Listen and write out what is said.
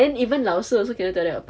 then even 老师 also cannot tell them apart